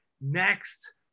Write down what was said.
next